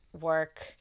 work